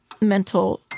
mental